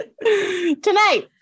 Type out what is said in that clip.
Tonight